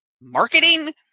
marketing